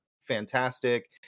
fantastic